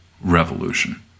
revolution